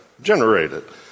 generated